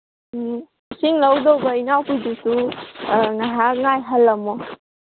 ꯎꯝ ꯏꯁꯤꯡ ꯂꯧꯗꯧꯕ ꯏꯅꯥꯎꯄꯤꯗꯨꯁꯨ ꯉꯥꯏꯍꯥꯛ ꯉꯥꯏꯍꯜꯂꯝꯃꯣ